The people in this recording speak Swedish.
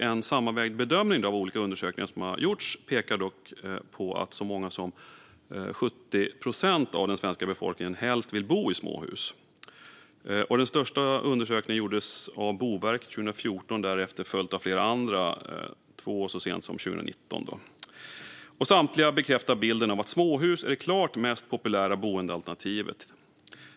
En sammanvägd bedömning av olika undersökningar som gjorts pekar på att så mycket som 70 procent av den svenska befolkningen helst vill bo i småhus. Den största undersökningen genomfördes av Boverket 2014, och därefter har flera andra följt, två så sent som 2019. Samtliga bekräftar bilden av att småhus är det klart mest populära boendealternativet.